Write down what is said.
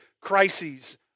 crises